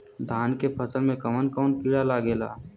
धान के फसल मे कवन कवन कीड़ा लागेला?